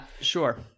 sure